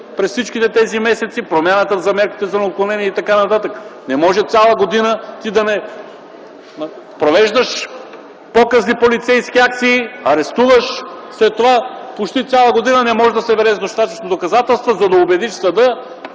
през всичките тези месеци – промяната на мерките за неотклонение и така нататък. Не може цяла година ти да провеждаш показни полицейски акции, арестуваш, след това почти цяла година не можеш да събереш достатъчно доказателства, за да убедиш съда